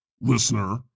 listener